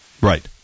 Right